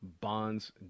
bonds